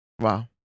Wow